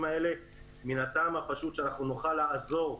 האלה מן הטעם הפשוט שאנחנו נוכל לעזור.